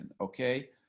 okay